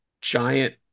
giant